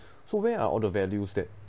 so where are all the values that